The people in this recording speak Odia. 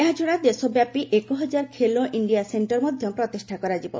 ଏହାଛଡ଼ା ଦେଶବ୍ୟାପୀ ଏକହଜାର ଖେଲୋ ଇଣ୍ଡିଆ ସେଣ୍ଟର ମଧ୍ୟ ପ୍ରତିଷ୍ଠା କରାଯିବ